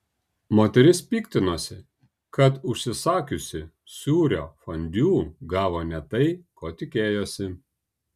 moteris piktinosi kad užsisakiusi sūrio fondiu gavo ne tai ko tikėjosi